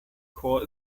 chor